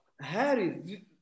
Harry